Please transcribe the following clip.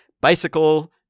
Bicycle